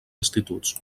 instituts